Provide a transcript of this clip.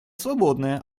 свободное